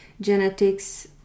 Genetics